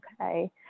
okay